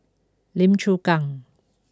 Lim Chu Kang